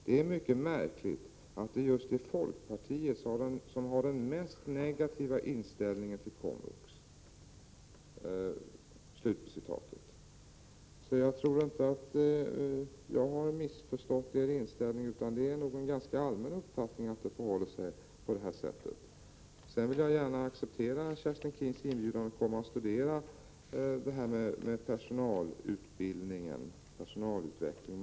Det är mycket märkligt att det just är folkpartiet som har den mest negativa inställningen till komvux.” Jag tror inte att jag har missförstått er inställning, utan det är nog en ganska allmän uppfattning att det förhåller sig på det här sättet. Sedan vill jag gärna acceptera Kerstin Keens inbjudan att komma och studera personalutbildning och personalutveckling.